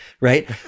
right